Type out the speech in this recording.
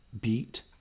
Beat